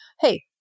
Hey